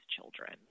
children